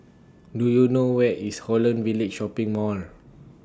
Do YOU know Where IS Holland Village Shopping Mall